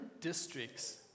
districts